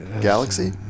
Galaxy